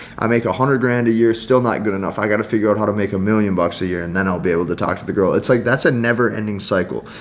i make one hundred grand a year still not good enough. i gotta figure out how to make a million bucks a year and then i'll be able to talk to the girl. it's like that's a never ending cycle.